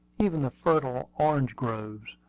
even the fertile orange groves,